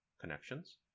connections